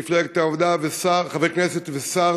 מפלגת העבודה ושר חבר כנסת ושר,